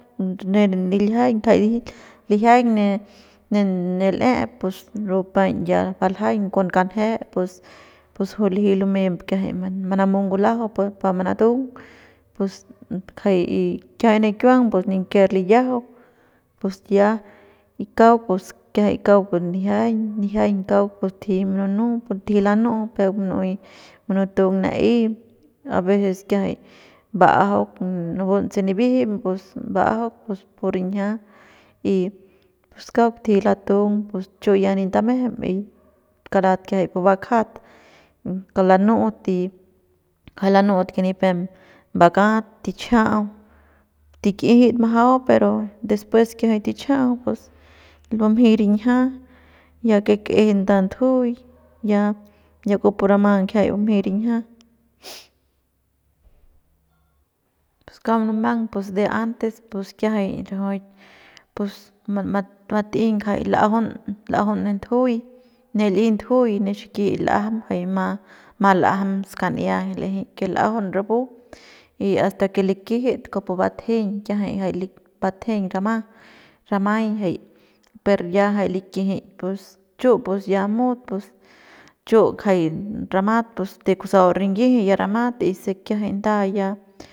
Ne niljiañ jay liji lijiañ ne ne l'ep pus rapu paiñ ya baljaiñ con kanjet pus juy liji lumey kiajay manamu ngul'ajau pu pa manatung pus kiajay ne kiuang pus ni ken liyajau pus ya y kauk kiajay kauk nijiañ nijiañ kauk pus tuji mununu tiji lanu'u peuk munu'ey munutung na'ey abeces kiajay ba'ajauk napun se nibijim pus ba'ajauk pus pur rinjia y pus kauk tiji latung pus chu ya nin tamejem y karat kiajay pu bakjat kauk lanu'ut y kauk lanu'ut que nipem mbakat tichajau tik'ijit majau pero despues kiajay tichajau pus bumjey rinjia ya que k'eje nda ndujuy ya ya kujupu rama kiajay bumjey rinjia pus kauk munumang pus de antes kiajay rajuik pus bat'ey ngajay l'ajaun l'ajaun ne ndujuy ne l'i ndujuy ne xiki l'ajam jay ma jay ma l'ajam skan'ia l'eje que l'ajaun rapu y asta que likijit kujupu bat'tjeiñ kiajay jay bat'tjeiñ rama ramay jay per ya jay likijik pus chu pus ya mut pus chu kjay ramat kjay de kusau rinyiji ya ramat y se kiajay nda ya.